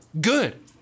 Good